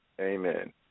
Amen